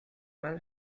man